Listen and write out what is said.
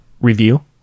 review